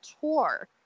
tour